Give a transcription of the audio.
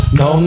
no